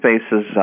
Spaces